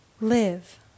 live